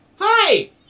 Hi